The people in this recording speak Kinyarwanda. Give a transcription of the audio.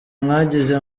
mwagize